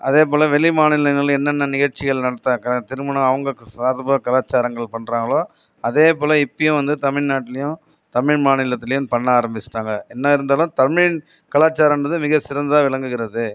அதே போல் வெளி மாநிலங்களில் என்னென்ன நிகழ்ச்சிகள் நடத்தற்கா திருமணம் அவங்க சார்பாக கலாச்சாரங்கள் பண்றாங்களோ அதே போல் இப்பவும் வந்து தமிழ்நாட்டிலயும் தமிழ் மாநிலத்திலயும் பண்ண ஆரமிச்சுட்டாங்க என்ன இருந்தாலும் தமிழ் கலாச்சாரம் என்பது மிக சிறந்ததாக விளங்குகிறது